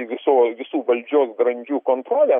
viso visų valdžios grandžių kontrolė